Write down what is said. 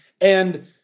And-